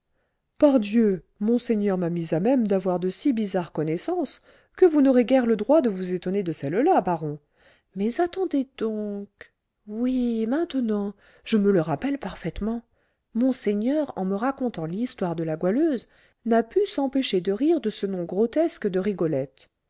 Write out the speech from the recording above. pardieu monseigneur m'a mis à même d'avoir de si bizarres connaissances que vous n'aurez guère le droit de vous étonner de celle-là baron mais attendez donc oui maintenant je me le rappelle parfaitement monseigneur en me racontant l'histoire de la goualeuse n'a pu s'empêcher de rire de ce nom grotesque de rigolette